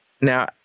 Now